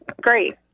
Great